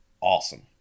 awesome